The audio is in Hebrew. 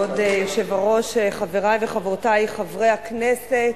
כבוד היושב-ראש, חברי וחברותי חברי הכנסת,